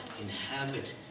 Inhabit